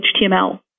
HTML